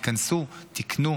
היכנסו, תקנו.